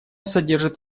содержит